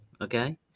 Okay